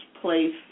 place